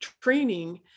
training